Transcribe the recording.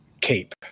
cape